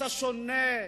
אתה שונה,